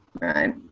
right